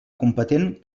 competent